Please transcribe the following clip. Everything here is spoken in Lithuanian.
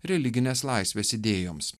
religinės laisvės idėjoms